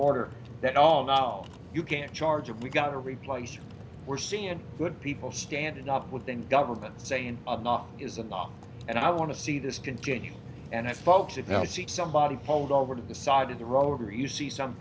order that all now you can charge of we've got to replace we're seeing good people standing up within government saying i'm not is a bad and i want to see this continue and i spoke to go see somebody pulled over to the side of the road or you see some